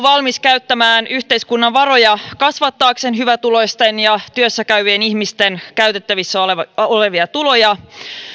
valmis käyttämään yhteiskunnan varoja kasvattaakseen hyvätuloisten ja työssä käyvien ihmisten käytettävissä olevia olevia tuloja